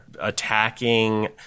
attacking